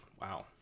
Wow